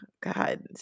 God